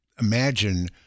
imagine